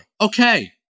Okay